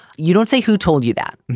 you don't say who told you that?